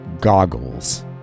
goggles